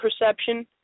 perception